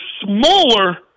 smaller